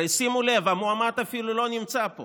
הרי, שימו לב, המועמד אפילו לא נמצא פה